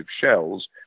shells